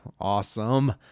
Awesome